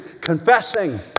confessing